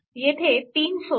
येथे 3 सोर्स आहेत